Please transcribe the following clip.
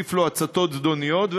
תוסיף לו הצתות זדוניות,